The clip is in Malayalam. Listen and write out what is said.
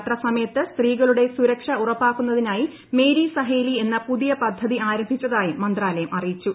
യാത്രാ സമയത്ത് സ്ത്രീകളുടെ സുരക്ഷ ഉറപ്പാക്കുന്നതിനായി മേരി സഹേലി എന്ന പുതിയ പദ്ധതി ആരംഭിച്ചതായും മന്ത്രാലയം അറിയിച്ചു